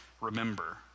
remember